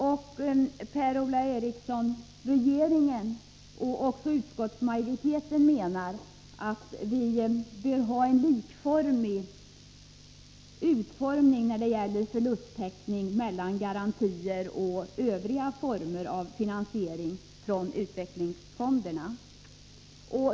Regeringen och även utskottsmajoriteten, Per-Ola Eriksson, menar att vi bör ha en likformig utformning när det gäller förlusttäckning av garantier och övriga former av finansiering från utvecklingsfonderna.